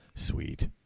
Sweet